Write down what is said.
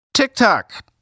TikTok